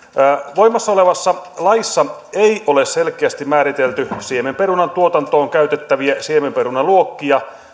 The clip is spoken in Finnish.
voimassa olevassa laissa ei ole selkeästi määritelty siemenperunan tuotantoon käytettäviä siemenperunaluokkia